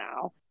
now